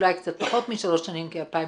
אולי קצת פחות משלוש שנים כי 2018,